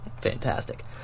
fantastic